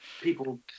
People